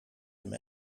him